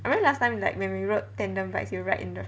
I remember last time when we rode tandem bikes you were right in the